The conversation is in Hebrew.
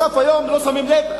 בסוף היום לא שמים לב,